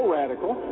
radical